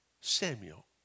Samuel